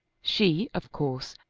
she, of course,